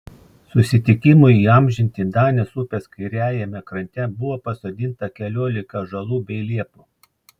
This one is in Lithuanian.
susitikimui įamžinti danės upės kairiajame krante buvo pasodinta keliolika ąžuolų bei liepų